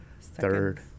third